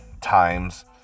times